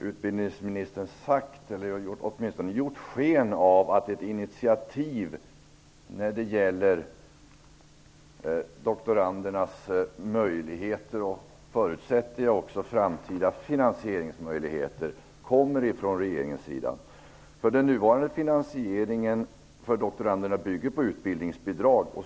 Utbildningsministern har gjort sken av att när det gäller doktorandernas möjligheter och, förutsätter jag, framtida finansieringsmöjligheter kommer ett förslag från regeringen. Den nuvarande finansieringen för doktoranderna bygger på utbildningsbidrag.